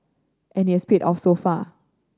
and its paid off so far